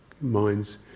minds